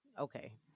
Okay